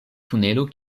tunelo